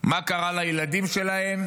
מה קרה לילדים שלהם,